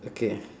okay